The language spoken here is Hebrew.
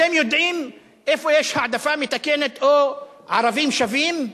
אתם יודעים איפה יש העדפה מתקנת או ערבים שווים?